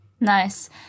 Nice